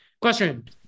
Question